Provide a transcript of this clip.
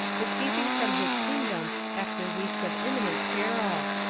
escap ing from his kingdom after weeks of imminent peril,